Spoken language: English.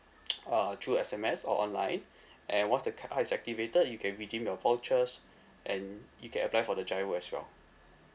uh through S_M_S or online and once the card ha~ is activated you can redeem your vouchers and you can apply for the GIRO as well